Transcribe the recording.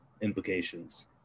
implications